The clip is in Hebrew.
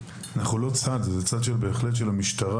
אנחנו לא צד, זה צד שהוא בהחלט של המשטרה.